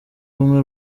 umwe